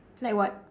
like what